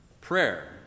Prayer